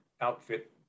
Outfit